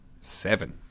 Seven